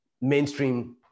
mainstream